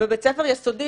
בבית ספר יסודי,